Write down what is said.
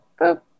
boop